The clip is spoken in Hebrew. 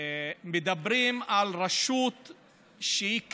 מדברים על רשות שהיא קישוט,